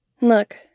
Look